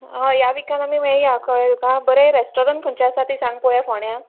हय ह्या विकान आमी मेळयां कळ्ळें तुका बरें रॅस्टॉरंट खंयचें आसा तें सांग पोवया फोंड्यां